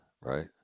right